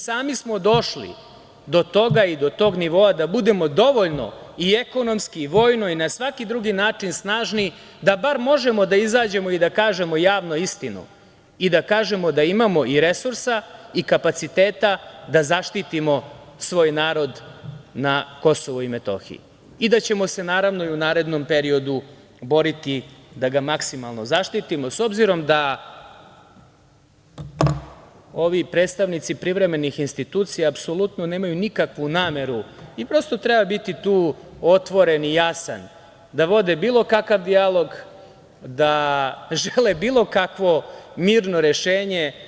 Sami smo došli do toga i do tog nivoa da budemo dovoljno i ekonomsko i vojno i na svaki drugi način snažni, da bar možemo da izađemo i da kažemo javno istinu, da kažemo da imamo i resursa i kapaciteta da zaštitimo svoj narod na KiM i da ćemo se, naravno, i u narednom periodu boriti da ga maksimalno zaštitimo, s obzirom na to da ovi predstavnici privremenih institucija apsolutno nemaju nikakvu nameru, i prosto treba biti tu otvoren i jasan, da vode bilo kakav dijalog, da žele bilo kakvo mirno rešenje.